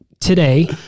Today